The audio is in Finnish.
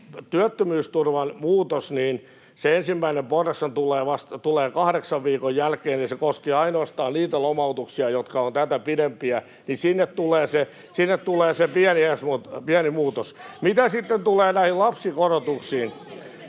työttömyysturvan muutoksessa se ensimmäinen porrashan tulee kahdeksan viikon jälkeen, ja se koskee ainoastaan niitä lomautuksia, jotka ovat tätä pitempiä. Sinne tulee se pieni muutos. [Vasemmalta: 30 prosenttia!] Mitä sitten tulee näihin lapsikorotuksiin,